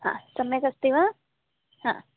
हा सम्यगस्ति वा हा